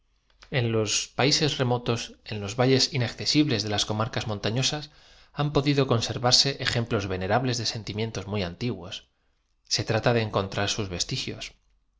en los países remotos od los valles inaccesibles de las co marcas montafiosas han podido coaserrarse ejemplos venerables de sentimientos muy antiguos se trata de encontrar sus vestigios